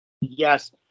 Yes